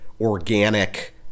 organic